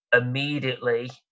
immediately